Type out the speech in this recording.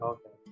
Okay